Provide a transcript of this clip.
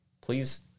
please